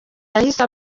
yahise